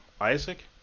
Isaac